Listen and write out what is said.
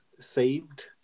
saved